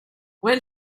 when